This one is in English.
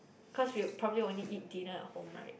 cause we probably only eat dinner at home right